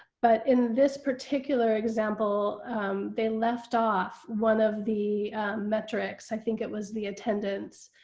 but in this particular example they left off one of the metrics. i think it was the attendance.